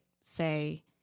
say